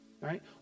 right